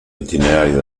itinerario